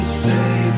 stay